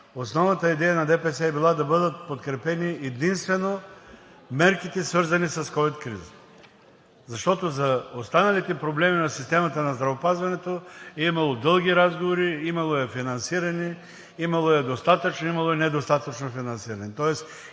основната идея на ДПС е била да бъдат подкрепени единствено мерките, свързани с ковид кризата. Защото за останалите проблеми на системата на здравеопазването е имало дълги разговори, имало е финансиране, имало е достатъчно, имало е недостатъчно финансиране.